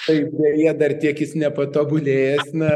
taip deja dar tiek jis nepatobulėjęs na